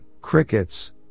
crickets